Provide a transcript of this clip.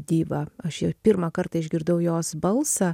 diva aš ją pirmą kartą išgirdau jos balsą